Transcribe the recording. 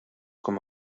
com